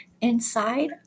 Inside